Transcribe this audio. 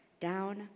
down